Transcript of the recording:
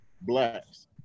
blacks